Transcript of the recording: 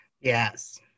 Yes